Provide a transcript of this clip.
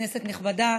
כנסת נכבדה,